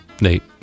nate